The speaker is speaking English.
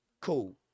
Cool